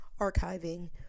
archiving